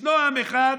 ישנו עם אחד